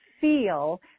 feel